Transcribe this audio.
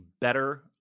better